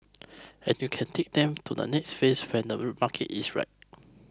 and you can take them to the next phase when the market is right